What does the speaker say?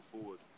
forward